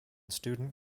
student